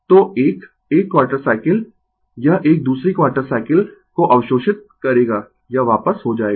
तो 1 1 quarter cycle यह एक दूसरी क्वार्टर साइकिल को अवशोषित करेगा यह वापस हो जाएगा